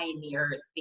pioneers